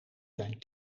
zijn